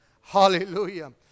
hallelujah